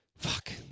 Fuck